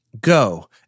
Go